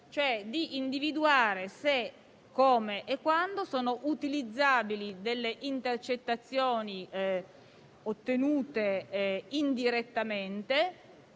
cioè ad individuare se, come e quando sono utilizzabili intercettazioni ottenute indirettamente.